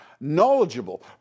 knowledgeable